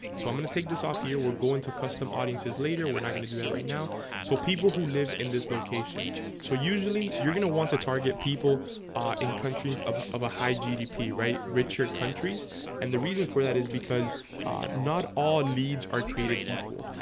so i'm gonna take this off here we're going to custom audiences later we're not gonna do that right now so people who live in this location so usually you're gonna want to target people in countries of of a high gdp right richer countries and the reason for that is because not all leads are created equal,